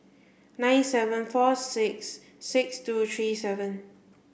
nine seven four six six two three seven